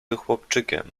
chłopczykiem